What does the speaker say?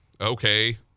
Okay